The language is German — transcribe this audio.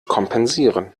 kompensieren